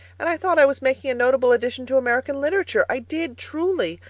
and i thought i was making a notable addition to american literature. i did truly.